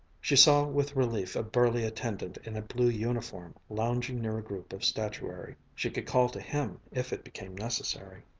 she saw with relief a burly attendant in a blue uniform lounging near a group of statuary. she could call to him, if it became necessary.